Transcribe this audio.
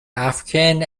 african